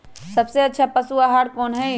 सबसे अच्छा पशु आहार कोन हई?